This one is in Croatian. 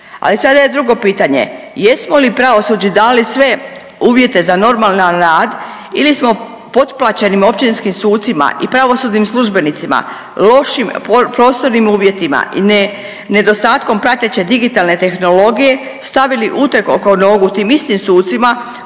ali sada je drugo pitanje. Jesmo li pravosuđu dali sve uvjete za normalan rad ili smo potplaćenim općinskim sucima i pravosudnim službenicima lošim prostornim uvjetima i nedostatkom prateće digitalne tehnologije stavili uteg oko nogu tim istim sucima